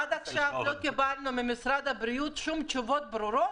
לא קיבלנו ממשרד הבריאות תשובות ברורות.